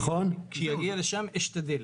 כשזה יגיע לשם אשתדל.